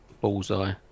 Bullseye